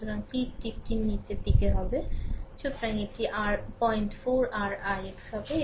সুতরাং তীর টিপটি নীচের দিকে হবে সুতরাং এটি r 04 r ix হবে